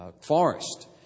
Forest